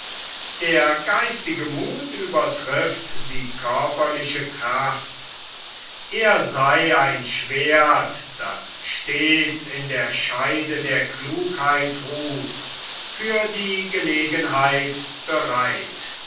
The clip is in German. der geistige muth übertrifft die körperliche kraft er sei ein schwerdt das stets in der scheide der klugheit ruht für die gelegenheit bereit